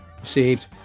received